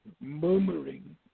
murmuring